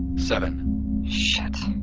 seven shit